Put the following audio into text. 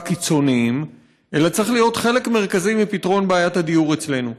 קיצוניים אלא צריך להיות חלק מרכזי מפתרון בעיית הדיור אצלנו.